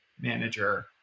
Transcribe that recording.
manager